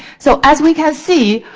so, as we can see,